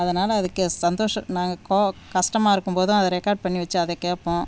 அதனால் அதுக்கு சந்தோஷ நாங்கள் கோ கஷ்டமா இருக்கும்போதும் அதை ரெக்கார்ட் பண்ணி வைச்சு அதைக் கேட்போம்